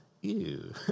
ew